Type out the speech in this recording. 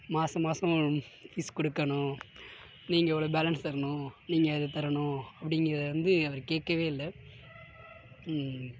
மாதம் மாதம் ஃபீஸ் கொடுக்கணும் நீங்கள் இவ்வளோ பேலன்ஸ் தரணும் நீங்கள் அது தரணும் அப்படிங்கிறது வந்து அவர் கேட்கவே இல்லை